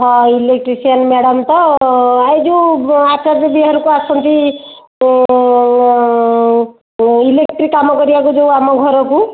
electrician madam ତ ଏହି ଯେଉଁ ଆଚାର୍ଯ୍ୟ ବିହାରକୁ ଆସନ୍ତି ଇଲେକ୍ଟ୍ରି କାମ କରିବାକୁ ଯେଉଁ ଆମ ଘରକୁ